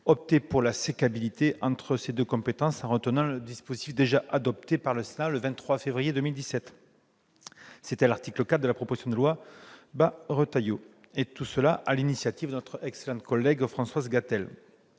opter pour la sécabilité entre ces deux compétences en retenant le dispositif déjà adopté par le Sénat le 23 février 2017 à l'article 4 de la proposition de loi Bas-Retailleau, sur l'initiative de notre excellente collègue Françoise Gatel.